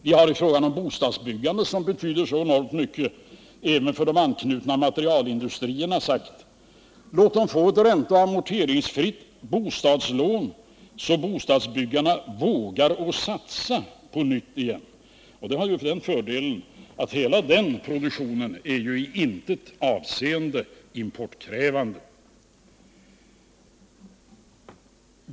Vi har i fråga om bostadsbyggandet, som betyder så enormt mycket även för de anknutna materialindustrierna, sagt: Låt bostadsbyggarna få ett ränteoch amorteringsfritt bostadslån, så att de vågar satsa på nytt igen. Det har den fördelen att hela den produktionen inte i något avseende är importkrävande.